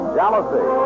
Jealousy